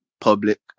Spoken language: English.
Public